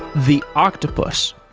the octopus,